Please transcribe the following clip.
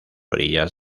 orillas